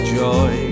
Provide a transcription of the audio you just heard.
joy